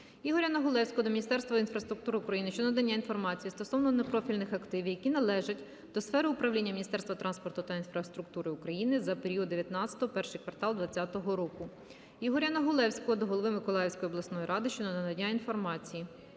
Ігоря Негулевського до Міністерства інфраструктури України щодо надання інформації стосовно непрофільних активів, які належать до сфери управління Міністерства транспорту та інфраструктури України, за період 19-го – перший квартал 20-го року. Ігоря Негулевського до голови Миколаївської обласної ради щодо надання інформації.